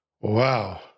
Wow